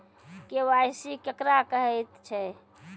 KYC केकरा कहैत छै?